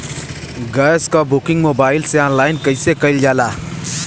Gas क booking mobile से online कईसे कईल जाला?